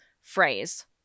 phrase